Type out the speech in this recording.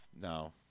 No